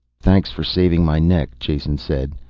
thanks for saving my neck, jason said.